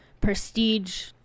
prestige